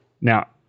Now